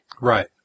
right